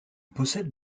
possède